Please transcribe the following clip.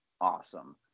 awesome